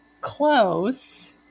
Close